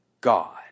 God